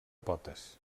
potes